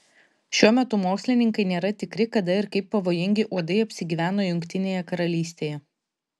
šiuo metu mokslininkai nėra tikri kada ir kaip pavojingi uodai apsigyveno jungtinėje karalystėje